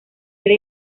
era